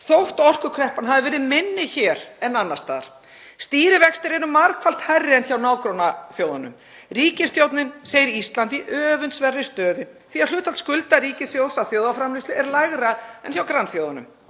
þótt orkukreppan hafi verið minni hér en annars staðar. Stýrivextir eru margfalt hærri en hjá nágrannaþjóðunum. Ríkisstjórnin segir Ísland í öfundsverðri stöðu því að hlutfall skulda ríkissjóðs af þjóðarframleiðslu er lægra en hjá grannþjóðunum.